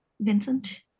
Vincent